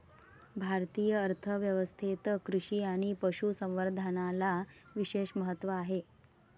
भारतीय अर्थ व्यवस्थेत कृषी आणि पशु संवर्धनाला विशेष महत्त्व आहे